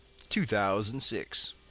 2006